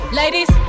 ladies